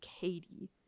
Katie